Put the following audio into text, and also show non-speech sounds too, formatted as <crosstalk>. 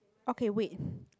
okay wait <breath>